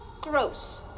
Gross